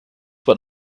what